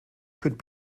could